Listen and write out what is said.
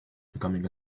becoming